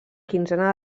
quinzena